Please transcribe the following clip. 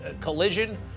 collision